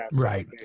Right